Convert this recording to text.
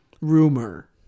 rumor